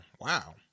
Wow